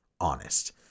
honest